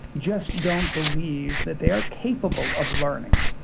just don't believe that they are capable of learning.